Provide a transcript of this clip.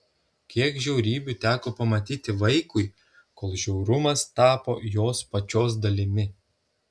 kiek žiaurybių teko pamatyti vaikui kol žiaurumas tapo jos pačios dalimi